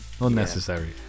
unnecessary